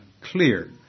clear